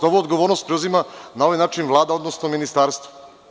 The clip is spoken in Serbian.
Ovu odgovornost preuzima na ovaj način Vlada odnosno ministarstvo.